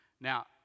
Now